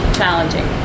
challenging